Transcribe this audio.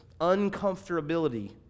uncomfortability